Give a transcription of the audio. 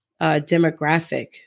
demographic